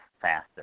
faster